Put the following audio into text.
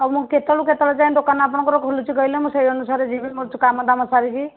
ହଉ ମୁଁ କେତେବେଳୁ କେତେବେଳ ଯାଏ ଦୋକାନ ଆପଣଙ୍କର ଖୋଲୁଛି କହିଲେ ମୁଁ ସେଇ ଅନୁସାରେ ଯିବି ମୋର କାମଦାମ ସାରିକି